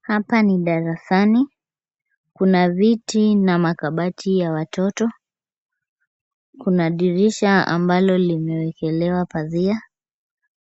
Hapa ni darasani. Kuna viti na makabati ya watoto. Kuna dirisha ambalo limewekelewa pazia.